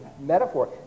metaphor